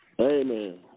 Amen